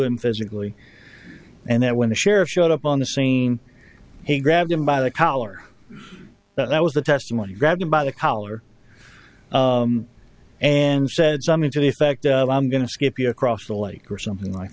him physically and that when the sheriff showed up on the scene he grabbed him by the collar that was the testimony grabbed him by the collar and said something to the effect of i'm going to skip you across the lake or something like